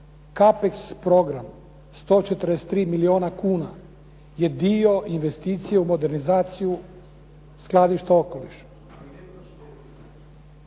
Kapex program 143 milijuna kuna je dio investicije u modernizaciju skladišta okoliša.